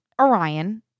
Orion